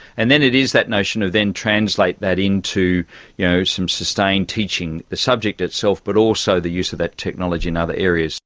and then it is that notion of then translate that into you know some sustained teaching the subject itself but also the use of that technology in other areas